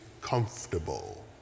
comfortable